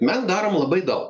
mes darom labai daug